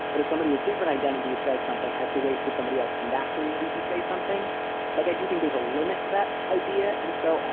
but as somebody with different identities does something, i have to wait for somebody else from that community to say something like, i do think there's a limit to that idea. and so,